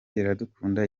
iradukunda